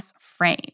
frame